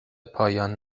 پایان